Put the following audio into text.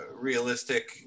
realistic